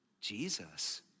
Jesus